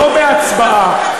לא בהצבעה,